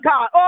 God